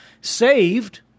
saved